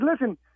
listen